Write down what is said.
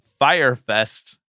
Firefest